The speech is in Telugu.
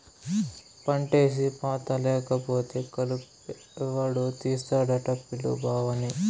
పంటేసి పత్తా లేకపోతే కలుపెవడు తీస్తాడట పిలు బావని